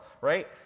right